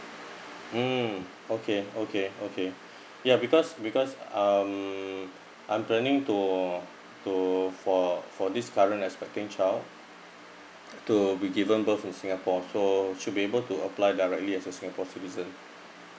mm okay okay okay ya because because um I'm planning to to for for this current expecting child to be given birth in singapore so should be able to apply directly as a singapore citizen